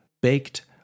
baked